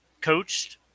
coached